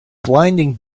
blinding